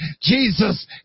Jesus